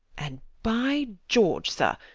and by george, sir,